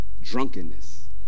drunkenness